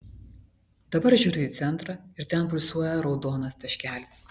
dabar žiūriu į centrą ir ten pulsuoja raudonas taškelis